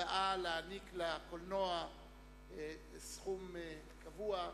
(תיקון), הבאה להעניק לקולנוע סכום קבוע,